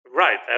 Right